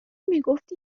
میگفتی